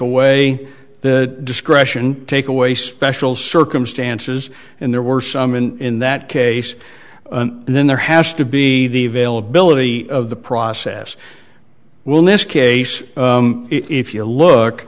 away the discretion take away special circumstances and there were some and in that case then there has to be the availability of the process will miss case if you